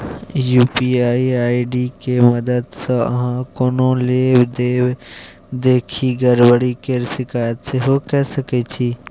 UPI ID के मददसँ अहाँ कोनो लेब देब देखि गरबरी केर शिकायत सेहो कए सकै छी